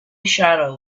shadow